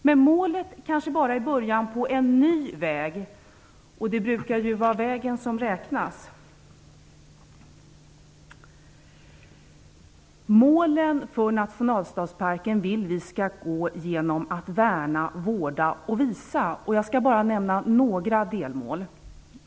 Men målet kanske bara är början på en ny väg, och det brukar ju vara vägen som räknas. Målen för nationalstadsparken vill vi skall vara att värna, vårda och visa. Jag skall bara nämna några delmål.